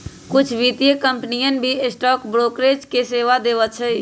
कुछ वित्तीय कंपनियन भी स्टॉक ब्रोकरेज के सेवा देवा हई